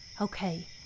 Okay